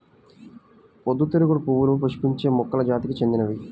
పొద్దుతిరుగుడు పువ్వులు పుష్పించే మొక్కల జాతికి చెందినవి